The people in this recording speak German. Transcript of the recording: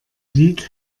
lied